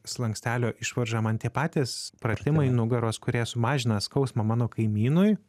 slankstelio išvarža man tie patys pratimai nugaros kurie sumažina skausmą mano kaimynui